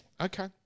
Okay